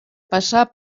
passar